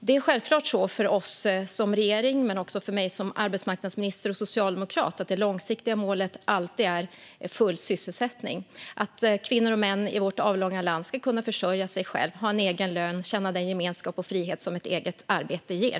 Det är självklart för regeringen och mig som arbetsmarknadsminister och socialdemokrat att det långsiktiga målet alltid är full sysselsättning och att kvinnor och män i vårt avlånga land ska kunna försörja sig själva, ha en egen lön och få känna den gemenskap och frihet som ett eget arbete ger.